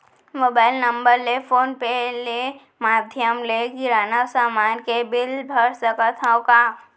Mobile number ले phone पे ले माधयम ले किराना समान के बिल भर सकथव का?